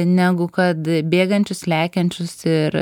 negu kad bėgančius lekiančius ir